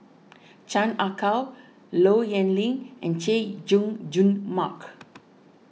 Chan Ah Kow Low Yen Ling and Chay Jung Jun Mark